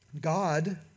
God